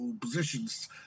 positions